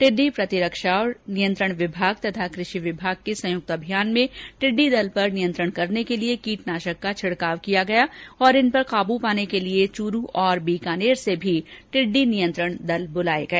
टिड्डी प्रतिरक्षा और नियंत्रण विभाग तथा कृषि विभाग के संयुक्त अभियान में टिड़डी दल पर नियंत्रण करने के लिए कीटनाशक का छिडकाव किया गया और इन पर काबू पाने के लिए चूरू और बीकानेर में भी टिड़डी नियंत्रण दल ब्लाए गए